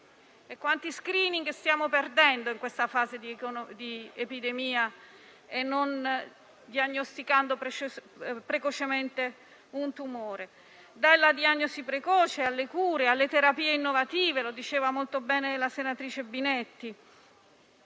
Quanti *screening* stiamo perdendo in questa fase di epidemia non diagnosticando precocemente un tumore? Occorrono una diagnosi precoce, le cure, le terapie innovative - come ha detto molto bene la senatrice Binetti